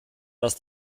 dass